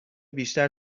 بیشتر